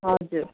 हजुर